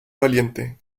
valiente